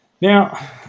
now